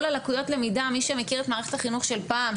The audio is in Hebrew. כל לקויות הלמידה מי שמכיר את מערכת החינוך של פעם,